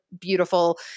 beautiful